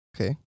okay